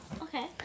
Okay